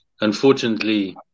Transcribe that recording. Unfortunately